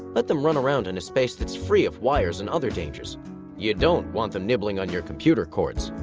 let them run around in a space that's free of wires and other dangers you don't want them nibbling on your computer cords!